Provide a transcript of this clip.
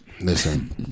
Listen